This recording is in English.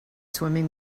swimming